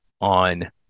on